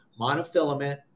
monofilament